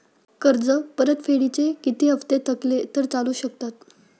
कर्ज परतफेडीचे किती हप्ते थकले तर चालू शकतात?